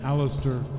Alistair